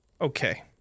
Okay